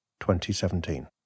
2017